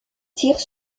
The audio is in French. tire